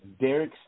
Derek